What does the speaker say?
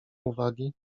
uwagi